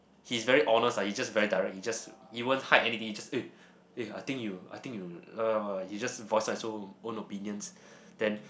he's very honest lah he's just very direct he just he won't hide anything he just eh eh I think you I think you he just voice out his own opinions then